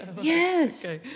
Yes